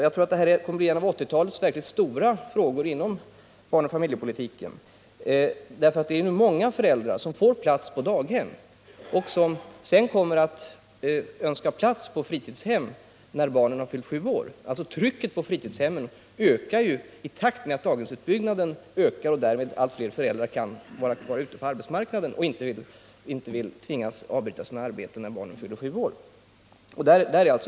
Jag tror att det här kommer att bli en av 1980-talets stora frågor inom barnoch familjepolitiken, därför att det är nu många föräldrar som får plats för sina barn på daghem och som sedan kommer att önska plats på fritidshem för barnen när dessa fyllt sju år. Trycket på fritidshemmen ökar ju i takt med att daghemsutbyggnaden ökar och därmed allt fler föräldrar kan vara kvar ute på arbetsmarknaden och inte vill tvingas avbryta sina arbeten när barnen fyller sju år.